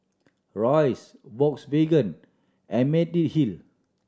Royce Volkswagen and Mediheal